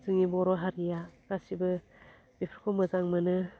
जोंनि बर' हारिआ गासिबो बेफोरखौ मोजां मोनो